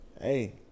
Hey